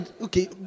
Okay